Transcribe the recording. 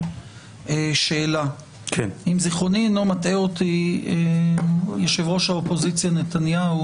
שאלה: אם זיכרוני אינו מטעני יושב-ראש האופוזיציה נתניהו